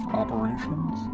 operations